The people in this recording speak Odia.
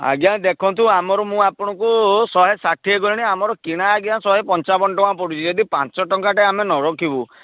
ଆଜ୍ଞା ଦେଖନ୍ତୁ ଆମର ମୁଁ ଆପଣଙ୍କୁ ଶହେ ଷାଠିଏ କହିଲିଣି ଆମର କିଣା ଆଜ୍ଞା ଶହେ ପଞ୍ଚାବନ ଟଙ୍କା ପଡ଼ୁଛି ଯଦି ପାଞ୍ଚ ଟଙ୍କାଟେ ଆମେ ନ ରଖିବୁ